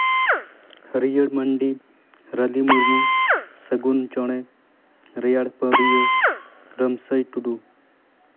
ᱦᱟᱹᱨᱭᱟᱹᱲ ᱢᱟᱱᱰᱤ ᱨᱟᱹᱱᱤ ᱢᱩᱨᱢᱩ ᱥᱟᱹᱜᱩᱱ ᱪᱚᱬᱮ ᱨᱮᱭᱟᱲ ᱯᱟᱹᱣᱨᱤᱭᱟᱹ ᱨᱟᱹᱢᱥᱟᱹᱭ ᱴᱩᱰᱩ